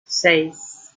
seis